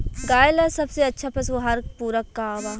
गाय ला सबसे अच्छा पशु आहार पूरक का बा?